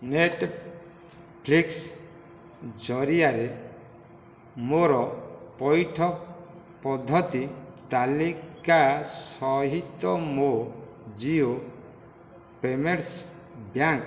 Netflix ଜରିଆରେ ମୋର ପଇଠ ପଦ୍ଧତି ତାଲିକା ସହିତ ମୋ ଜିଓ ପେମେଣ୍ଟ୍ସ୍ ବ୍ୟାଙ୍କ୍